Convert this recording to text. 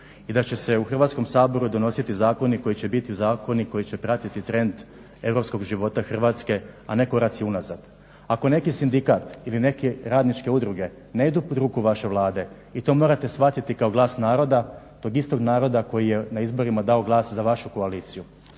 i da će se u Hrvatskom saboru donositi zakoni koji će biti zakoni koji će pratiti trend europskog života Hrvatske, a ne koraci unazad. Ako neki sindikat ili neke radničke udruge ne idu pod ruku vaše Vlade i to morate shvatiti kao glas naroda, tog istog naroda koji je na izborima dao glas za vašu koaliciju.